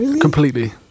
completely